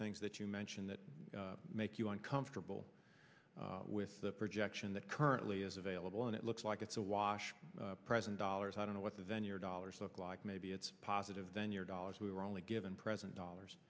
things that you mention that make you uncomfortable with the projection that currently is available and it looks like it's a wash present dollars i don't know what the venue or dollars look like maybe it's positive then your dollars we were only given present dollars